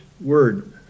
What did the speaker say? word